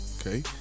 Okay